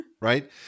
right